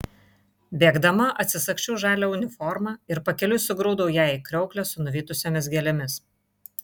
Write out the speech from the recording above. bėgdama atsisagsčiau žalią uniformą ir pakeliui sugrūdau ją į kriauklę su nuvytusiomis gėlėmis